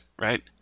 right